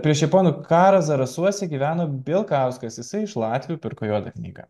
prieš japonų karą zarasuose gyveno bilkauskas jisai iš latvių pirko juodą knygą